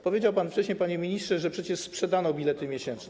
Powiedział pan wcześniej, panie ministrze, że przecież sprzedano bilety miesięczne.